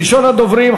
ראשון הדוברים,